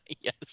Yes